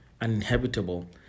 uninhabitable